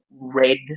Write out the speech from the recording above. red